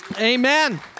Amen